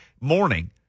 morning